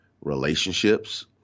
relationships